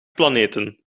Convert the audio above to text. planeten